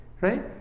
right